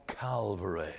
Calvary